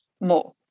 more